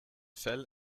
fell